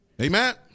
Amen